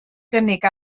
gynnig